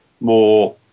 more